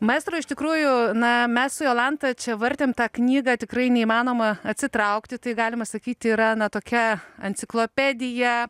maestro iš tikrųjų na mes su jolanta čia vartėm tą knygą tikrai neįmanoma atsitraukti tai galima sakyti yra na tokia enciklopedija